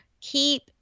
keep